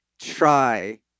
try